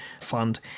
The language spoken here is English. Fund